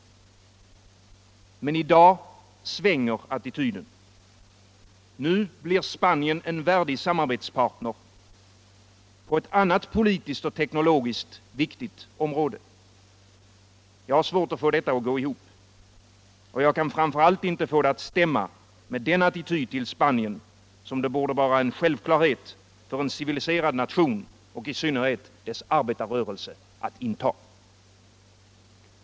I dag svänger attityden. Nu blir Spanien en värdig samarbetspartner på ett annat politiskt och teknologiskt viktigt område. Jag har svårt att få detta att gå ihop. Jag kan framför allt inte få det att stämma med den attityd till Spanien som det borde vara en självklarhet för en civiliserad nation och i synnerhet dess arbetarrörelse att inta.